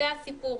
זה הסיפור.